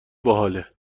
باحاله